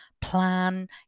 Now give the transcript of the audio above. Plan